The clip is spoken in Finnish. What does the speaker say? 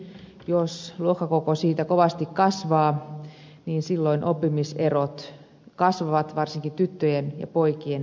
jos luokkakoko siitä kovasti kasvaa niin silloin oppimiserot kasvavat varsinkin tyttöjen ja poikien välillä